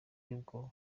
y’ubwoba